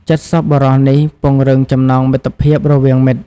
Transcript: ចិត្តសប្បុរសនេះពង្រឹងចំណងមិត្តភាពរវាងមិត្ត។